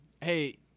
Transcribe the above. Hey